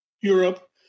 Europe